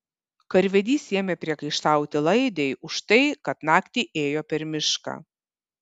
karvedys ėmė priekaištauti laidei už tai kad naktį ėjo per mišką